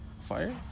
Fire